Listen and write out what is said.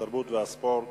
התרבות והספורט,